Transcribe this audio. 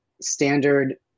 standard